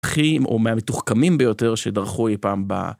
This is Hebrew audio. או מהמתוחכמים ביותר שדרכו אי פעם ב...